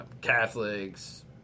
Catholics